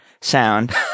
sound